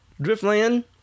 Driftland